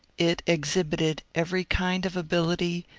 it exhibited every kind of ability,